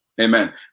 Amen